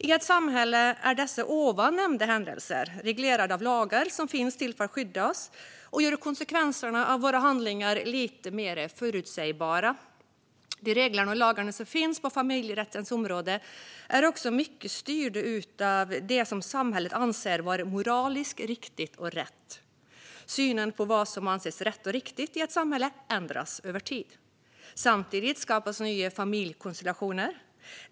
I ett samhälle är de händelser jag nyss nämnde reglerade av lagar som finns till för att skydda oss och göra konsekvenserna av våra handlingar lite mer förutsägbara. De regler och lagar som finns på familjerättens område är också i mycket styrda av det som samhället anser vara moraliskt riktigt och rätt. Synen på vad som anses rätt och riktigt i ett samhälle ändras över tid. Samtidigt skapas nya familjekonstellationer.